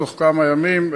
בתוך כמה ימים.